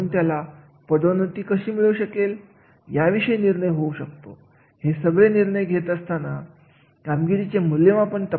मग असे बरे वाईट मुद्दे एकत्र करून कर्मचारी एखाद्या विशिष्ट कार्य पार पाडत असतो आणि या सर्व अवलोकन आला आपण कामगिरीचे मूल्यमापन असे म्हणतो